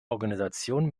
organisation